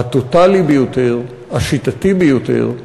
הטוטלי ביותר, השיטתי ביותר,